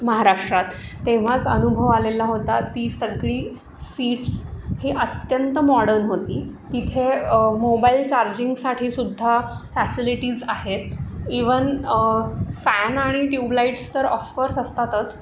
महाराष्ट्रात तेव्हाच अनुभव आलेला होता ती सगळी सीट्स ही अत्यंत मॉडर्न होती तिथे मोबाईल चार्जिंगसाठीसुद्धा फॅसिलिटीज आहेत इवन फॅन आणि ट्यूबलाईट्स तर ऑफकोर्स असतातच